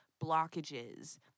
blockages